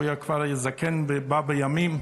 הוא היה כבר זקן ובא בימים,